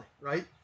right